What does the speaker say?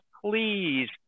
please